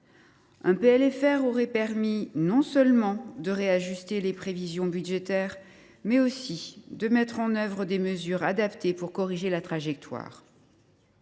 Un PLFR aurait permis non seulement de réajuster les prévisions budgétaires, mais aussi de mettre en œuvre des mesures adaptées pour corriger la trajectoire.